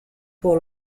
pour